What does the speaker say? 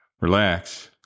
relax